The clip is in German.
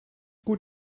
gut